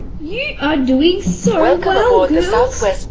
you are doing so well girls!